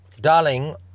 Darling